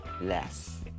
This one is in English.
Less